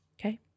Okay